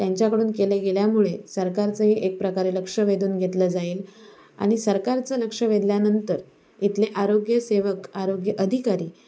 त्यांच्याकडून केले गेल्यामुळे सरकारचंही एक प्रकारे लक्ष वेधून घेतलं जाईल आणि सरकारचं लक्ष वेधल्यानंतर इथले आरोग्यसेवक आरोग्य अधिकारी